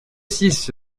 six